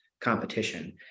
competition